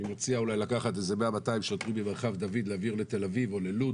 אני מציע לקחת 100 או 200 שוטרים ממרחב דוד ולהעביר לתל אביב או ללוד,